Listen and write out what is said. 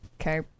Okay